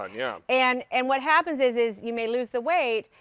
ah yeah and and what happens is is you may lose the weight,